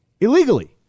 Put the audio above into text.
illegally